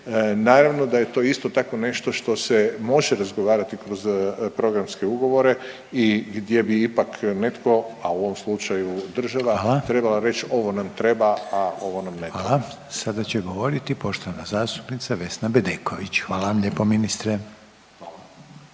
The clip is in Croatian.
naravno da je to isto tako nešto što se može razgovarati kroz programske ugovore i gdje bi ipak netko, a u ovom slučaju država …/Upadica: Hvala./… trebala reći ovo nam treba, a ovo nam ne treba. **Reiner, Željko (HDZ)** Hvala. Sada će govoriti poštovana zastupnica Vesna Bedeković. Hvala vam lijepo ministre.